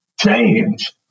change